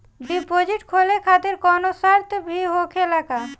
Deposit खोले खातिर कौनो शर्त भी होखेला का?